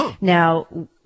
Now